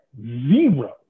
zero